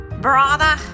Brother